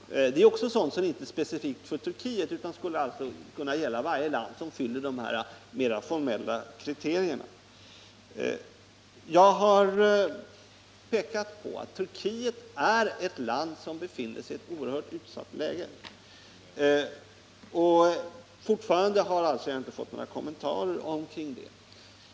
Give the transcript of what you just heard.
Det är också sådant som inte är specifikt för Turkiet utan skulle kunna gälla varje land som uppfyller de mer formella kriterierna. Jag har pekat på att Turkiet är ett land som befinner sig i ett oerhört utsatt läge. Fortfarande har jag alltså inte fått någon kommentar!